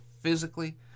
physically